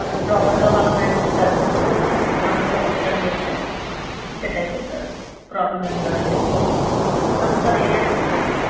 వాళ్ళని ప్రాపర్గా వాళ్ళ మైండ్సెట్ కాబట్టి కొంచెం మనం కూడా పుషాన్ చేస్తే సెట్ అయిపోతారు ప్రాబ్లమ్ ఏముండదండి ఎప్పుడొస్తార్ ఏరియాకి వచ్చినా